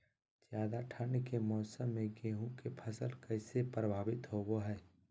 ज्यादा ठंड के मौसम में गेहूं के फसल कैसे प्रभावित होबो हय?